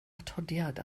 atodiad